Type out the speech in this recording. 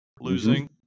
losing